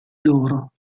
loro